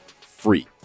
free